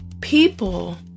people